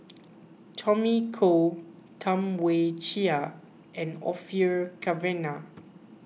Tommy Koh Tam Wai Jia and Orfeur Cavenagh